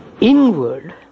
inward